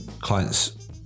clients